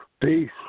Peace